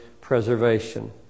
preservation